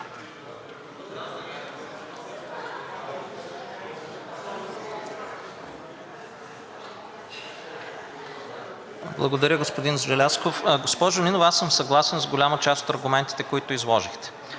Благодаря, господин Желязков. Госпожо Нинова, съгласен съм с голяма част от аргументите, които изложихте